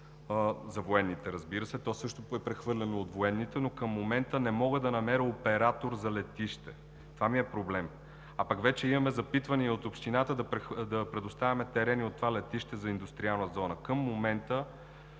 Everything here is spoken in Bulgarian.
за военните, разбира се. То също е прехвърлено от военните, но към момента не мога да намеря оператор за летище, това ми е проблем. А пък вече имаме запитване и от общината да предоставяме терени от това летище за индустриална зона. Към момента